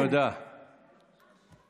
תודה, תודה, אורלי.